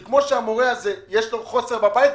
כי כמו שלמורה הזה יש חוסר בבית,